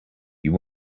you